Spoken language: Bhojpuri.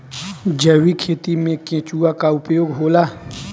जैविक खेती मे केचुआ का उपयोग होला?